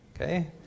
Okay